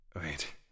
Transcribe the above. Wait